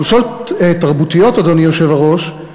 חולשות תרבותיות, אדוני היושב-ראש,